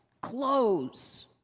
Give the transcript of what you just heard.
clothes